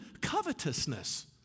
covetousness